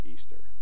Easter